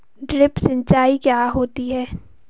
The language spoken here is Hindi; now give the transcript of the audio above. ड्रिप सिंचाई क्या होती हैं?